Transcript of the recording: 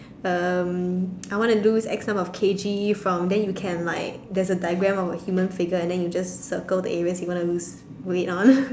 um I want to lose X number of K_G from then you can like there's a diagram of a human figure and then you just circle the areas you want to lose weight on